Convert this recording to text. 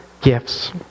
gifts